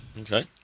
okay